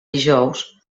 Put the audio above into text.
dijous